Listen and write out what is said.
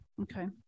Okay